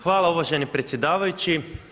Hvala uvaženi predsjedavajući.